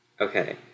Okay